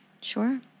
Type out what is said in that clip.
Sure